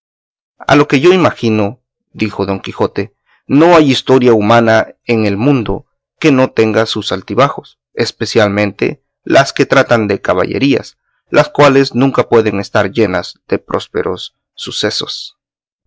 a lo que yo imagino dijo don quijote no hay historia humana en el mundo que no tenga sus altibajos especialmente las que tratan de caballerías las cuales nunca pueden estar llenas de prósperos sucesos